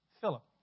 Philip